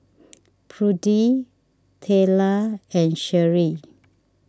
Prudie Tayla and Sheri